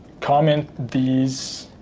comment these